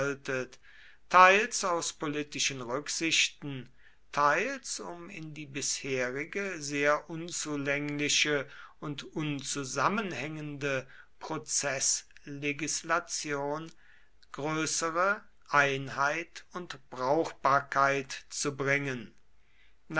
teils aus politischen rücksichten teils um in die bisherige sehr unzulängliche und unzusammenhängende prozeßlegislation größere einheit und brauchbarkeit zu bringen